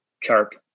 chart